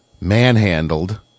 manhandled